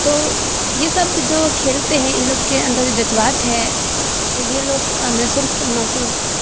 تو یہ سب تو جو کھیلتے ہیں یہ لوگ کے اندر جذبات ہے تو یہ لوگ مشہور مشہور